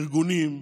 ארגונים,